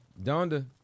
Donda